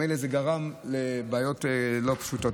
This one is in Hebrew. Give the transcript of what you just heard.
ממילא זה גרם לבעיות לא פשוטות.